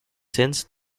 since